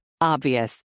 Obvious